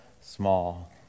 small